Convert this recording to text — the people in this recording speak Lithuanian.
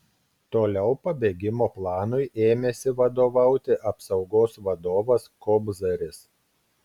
toliau pabėgimo planui ėmėsi vadovauti apsaugos vadovas kobzaris